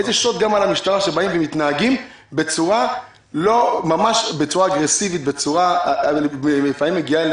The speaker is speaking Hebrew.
זה שוט על המשטרה שבאים ומתנהגים בצורה אגרסיבית ולפעמים מגיעה,